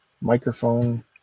microphone